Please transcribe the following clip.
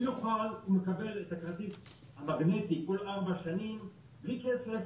הוא יוכל לקבל את הכרטיס המגנטי כל ארבע שנים בלי כסף.